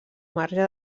marge